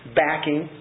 backing